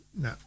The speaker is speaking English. no